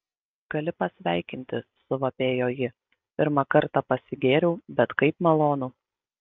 gali pasveikinti suvapėjo ji pirmą kartą pasigėriau bet kaip malonu